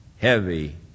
Heavy